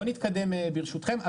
בואו נתקדם, ברשותכם.